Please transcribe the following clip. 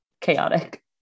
chaotic